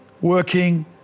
working